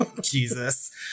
Jesus